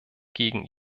gegen